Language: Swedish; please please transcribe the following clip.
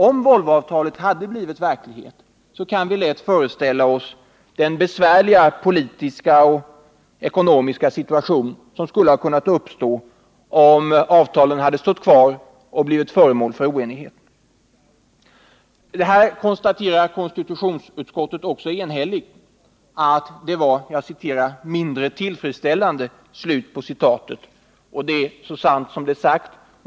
Om Volvoavtalet hade fullföljts, kan vi lätt föreställa oss vilken besvärlig politisk och ekonomisk situation som skulle ha kunnat uppstå, om de därefter orsakat oenighet. Konstitutionsutskottet konstaterar också enhälligt att detta förhållande var ”mindre tillfredsställande”, och det är så sant som det är sagt.